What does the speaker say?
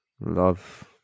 Love